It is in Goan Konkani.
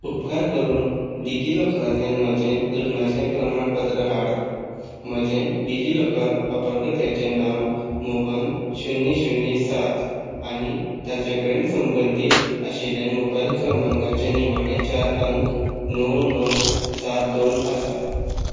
उपकार करून डिजिलॉकरांतल्यान म्हजें लग्नाचें प्रमाणपत्र हाड म्हजें डिजिलॉकर वापरकर्त्याचें नांव मोहन शुन्य शुन्य सात आनी ताचे कडेन संबंदीत आशिल्ल्यान मोबायल क्रमांकाचे निमाणे चार अंक णव णव सात दोन आसात